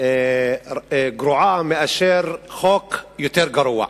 גרועה מחוק יותר גרוע.